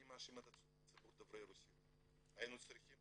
אני מאשים את ציבור דוברי הרוסית, היינו צריכים